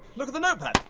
look at the notepad!